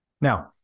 Now